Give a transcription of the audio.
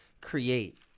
create